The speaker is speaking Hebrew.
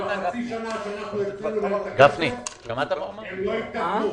הוא אומר שחצי שנה הם לא התקדמו.